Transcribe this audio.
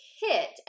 hit